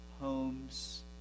homes